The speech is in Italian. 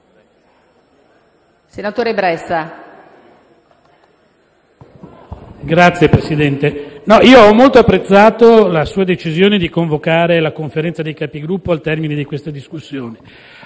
Signor Presidente, ho molto apprezzato la sua decisione di convocare la Conferenza dei Capigruppo al termine di questa discussione,